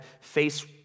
face